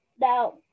Now